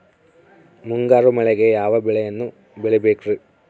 ಮುಂಗಾರು ಮಳೆಗೆ ಯಾವ ಬೆಳೆಯನ್ನು ಬೆಳಿಬೇಕ್ರಿ?